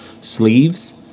sleeves